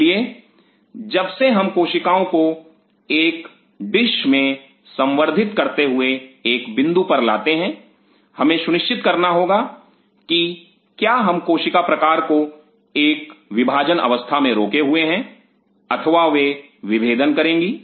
इसलिए जब से हम कोशिकाओं को एक डिश में संवर्धित करते हुए एक बिंदु पर लाते हैं हमें सुनिश्चित करना होगा कि क्या हम कोशिका प्रकार को एक विभाजन अवस्था में रोके हुए हैं अथवा वे विभेदन करेंगी